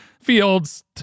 Fields